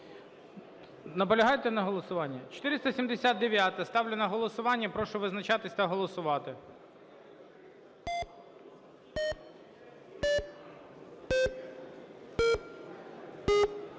Наполягаєте на голосуванні? 479-а. Ставлю на голосування, прошу визначатись та голосувати.